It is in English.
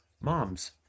moms